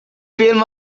film